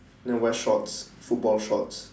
then wear shorts football shorts